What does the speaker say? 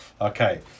okay